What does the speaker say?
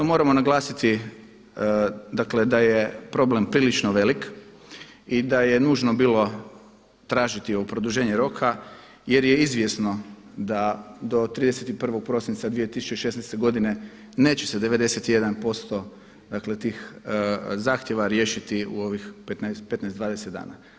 To moramo naglasiti, dakle da je problem prilično velik i da je nužno bilo tražiti ovo produženje roka jer je izvjesno da do 31. prosinca 2016. godine neće se 91%, dakle tih zahtjeva riješiti u ovih 15, 20 dana.